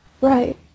Right